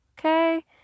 Okay